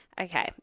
Okay